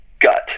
gut